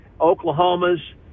Oklahoma's